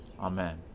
Amen